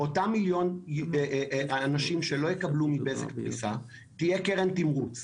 באותם מיליון אנשים שלא יקבלו מבזק פריסה תהיה קרן תמרוץ.